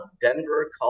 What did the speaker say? Denver